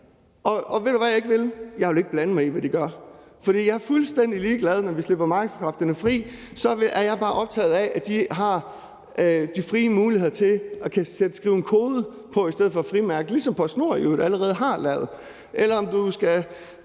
Og ved du, hvad jeg ikke vil? Jeg vil ikke blande mig i, hvad de gør, for jeg er fuldstændig ligeglad. Når vi slipper markedskræfterne fri, er jeg bare optaget af, at de har de frie muligheder til at kunne skrive en kode på i stedet for at sætte et frimærke på, ligesom PostNord i øvrigt allerede har gjort det. Eller de kan